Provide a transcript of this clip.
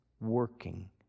working